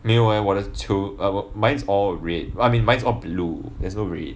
没有 leh 我的球 err 我 mine is all red I mean mine is all blue there's no red